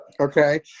Okay